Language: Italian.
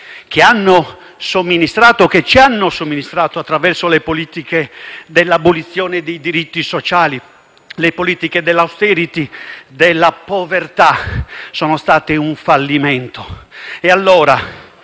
che ci hanno somministrato attraverso le politiche dell'abolizione dei diritti sociali, dell'*austerity* e della povertà sono state un fallimento.